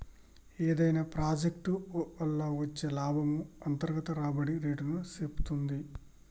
ఏదైనా ప్రాజెక్ట్ వల్ల వచ్చే లాభము అంతర్గత రాబడి రేటుని సేప్తుంది